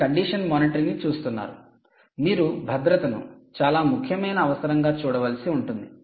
మీరు condition monitoring ను చూస్తున్నారు మీరు భద్రతను చాలా ముఖ్యమైన అవసరంగా చూడవలసి ఉంటుంది